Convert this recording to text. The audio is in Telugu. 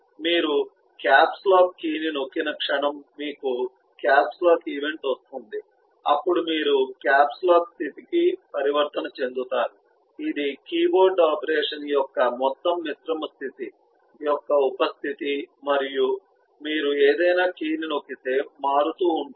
మీరు క్యాప్స్ లాక్ కీని నొక్కిన క్షణం మీకు క్యాప్స్ లాక్ ఈవెంట్ వస్తుంది అప్పుడు మీరు క్యాప్స్ లాక్ స్థితికి పరివర్తన చెందుతారు ఇది కీ బోర్డు ఆపరేషన్ యొక్క మొత్తం మిశ్రమ స్థితి యొక్క ఉప స్థితి మరియు మీరు ఏదైనా కీని నొక్కితే మారుతూ ఉంటుంది